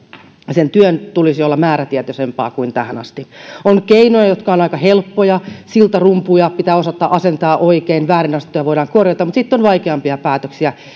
sen työn tulisi olla määrätietoisempaa kuin tähän asti on keinoja jotka ovat aika helppoja siltarumpuja pitää osata asentaa oikein väärin asennettuja voidaan korjata mutta sitten on vaikeampia päätöksiä